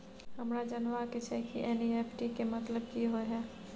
हमरा जनबा के छै की एन.ई.एफ.टी के मतलब की होए है?